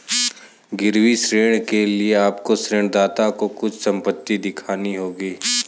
गिरवी ऋण के लिए आपको ऋणदाता को कुछ संपत्ति दिखानी होगी